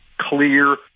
clear